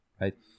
right